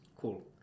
Cool